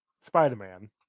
Spider-Man